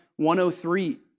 103